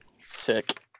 sick